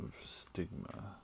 stigma